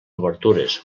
obertures